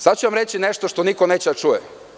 Sada ću vam reći nešto što niko neće da čuje.